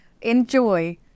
enjoy